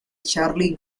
charlie